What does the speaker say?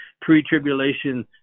pre-tribulation